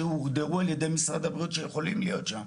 שהוגדרו על ידי משרד הבריאות שיכולים להיות שם,